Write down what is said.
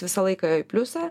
visą laiką į pliusą